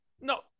No